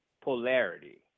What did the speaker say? polarity